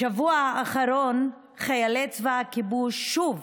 בשבוע האחרון חיילי צבא הכיבוש, שוב